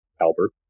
Albert